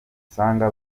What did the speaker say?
usanga